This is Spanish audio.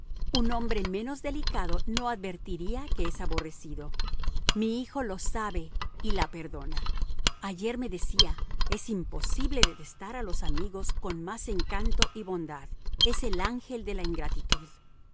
un hombre menos delicado no advertiría que es aborrecido mi hijo lo sabe y la perdona ayer me decía es imposible detestar a los amigos con más encanto y bondad es el ángel de la ingratitud